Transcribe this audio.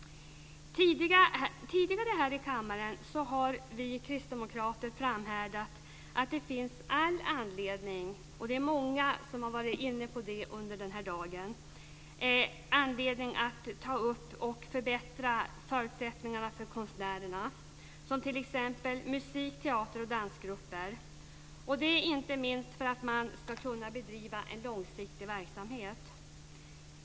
Tidigare här i kammaren har vi kristdemokrater - och det är många som har varit inne på det under den här dagen - framhärdat i att det finns all anledning att ta upp och förbättra förutsättningarna för konstnärerna. Det gäller t.ex. musik-, teater och dansgrupper - inte minst för att de ska kunna bedriva en långsiktig verksamhet.